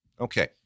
Okay